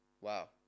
Wow